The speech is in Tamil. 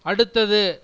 அடுத்தது